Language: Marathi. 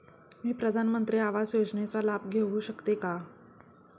मी प्रधानमंत्री आवास योजनेचा लाभ घेऊ शकते का?